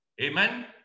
amen